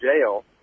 jail